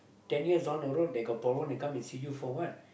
ten years down the road they got problem they come and see you for what